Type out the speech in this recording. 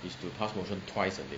is to pass motion twice a day